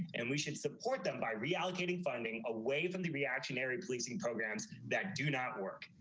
and we should support them by reallocating funding away from the reactionary policing programs that do not work.